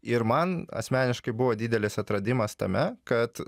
ir man asmeniškai buvo didelis atradimas tame kad